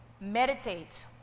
meditate